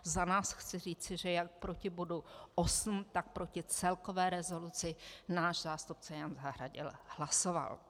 Za nás chci říci, že jak proti bodu 8, tak proti celkové rezoluci náš zástupce Jan Zahradil hlasoval.